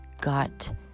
got